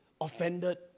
offended